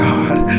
God